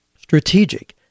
strategic